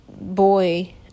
boy